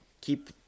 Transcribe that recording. keep